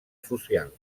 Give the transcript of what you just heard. social